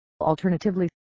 Alternatively